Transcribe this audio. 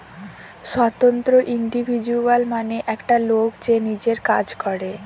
স্বতন্ত্র ইন্ডিভিজুয়াল মানে একটা লোক যে নিজের কাজ করে